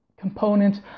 components